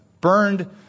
burned